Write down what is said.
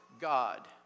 God